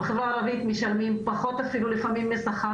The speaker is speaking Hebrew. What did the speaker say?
בחברה הערבית משלמים פחות אפילו לפעמים משכר